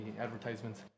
advertisements